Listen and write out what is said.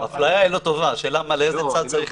אפליה היא לא טובה, השאלה היא לאיזה צד ללכת.